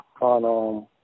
on